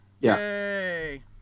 yay